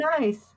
nice